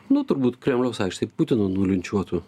nu turbūt kremliaus aikštėj putiną nulinčiuotų